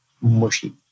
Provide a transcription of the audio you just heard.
mushy